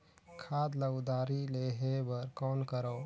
खाद ल उधारी लेहे बर कौन करव?